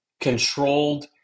controlled